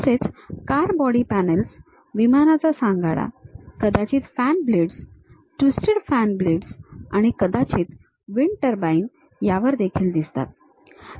तसेच car body panels विमानाचा सांगाडा कदाचित fan blades twisted fan blades आणि कदाचित विंड टर्बाइन ब्लेड्स यावर देखील दिसतात